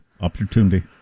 opportunity